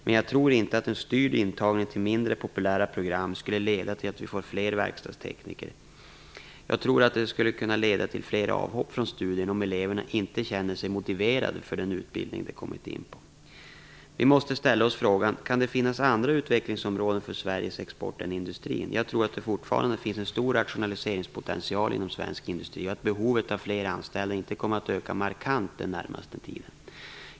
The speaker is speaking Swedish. Men jag tror inte att en styrd intagning till mindre populära program skulle leda till att vi t.ex. får fler verkstadstekniker. Jag tror att det skulle kunna leda till fler avhopp från studierna om eleverna inte känner sig motiverade för den utbildning de kommit in på. Vi måste också ställa oss frågan: Kan det finnas andra utvecklingsområden för Sveriges export än industrin? Jag tror att det fortfarande finns en stor rationaliseringspotential inom svensk industri och att behovet av fler anställda inte kommer att öka markant den närmaste tiden.